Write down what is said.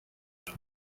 and